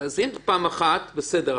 אז אם פעם אחת בסדר,